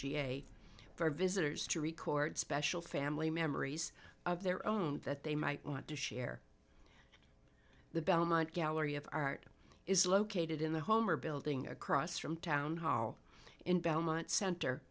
ca for visitors to record special family memories of their own that they might want to share the belmont gallery of art is located in the homer building across from town hall in belmont cent